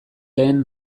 lehen